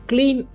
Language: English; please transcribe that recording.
Clean